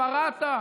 בכפר אתא.